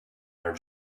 our